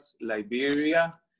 Liberia